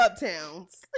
Uptowns